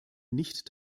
nicht